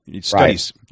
studies